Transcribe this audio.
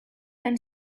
then